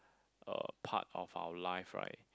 a part of our life right